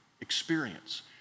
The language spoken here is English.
experience